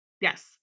Yes